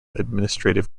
administrative